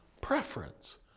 preference